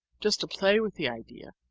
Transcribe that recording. just to play with the idea,